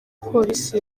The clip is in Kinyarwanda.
polisi